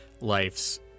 life's